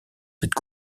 cette